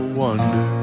wonder